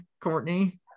Courtney